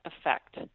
effect